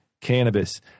cannabis